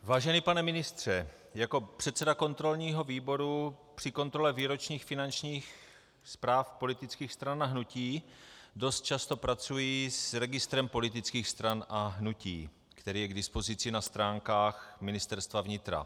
Vážený pane ministře, jako předseda kontrolního výboru při kontrole výročních finančních zpráv politických stran a hnutí dost často pracuji s registrem politických stran a hnutí, který je k dispozici na stránkách Ministerstva vnitra.